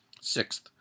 Sixth